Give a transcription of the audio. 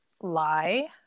lie